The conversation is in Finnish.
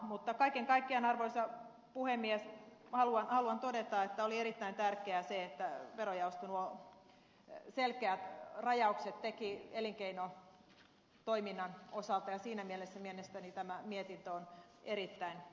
mutta kaiken kaikkiaan arvoisa puhemies haluan todeta että oli erittäin tärkeää se että verojaosto nuo selkeät rajaukset teki elinkeinotoiminnan osalta ja siinä mielessä mielestäni tämä mietintö on erittäin hyvä